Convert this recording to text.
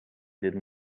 did